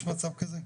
יש מצב כזה?